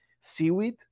seaweed